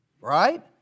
Right